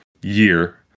year